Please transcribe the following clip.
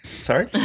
Sorry